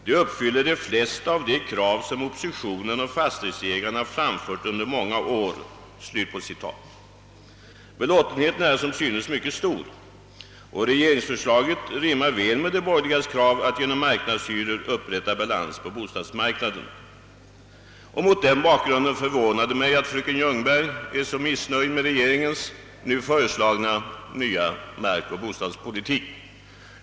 Det uppfyller de flesta av de krav som oppositionen och fastighetsägarna framfört under många år.» Belåtenheten är som synes mycket stor. Regeringsförslaget rimmar väl med de borgerligas krav att det genom »mark nadshyror» skall upprättas balans på bostadsmarknaden. Mot denna bakgrund förvånar det mig att fröken Ljungberg är så missnöjd med regeringens nu föreslagna nya markoch bostadspolitik.